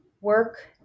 work